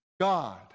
God